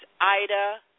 ida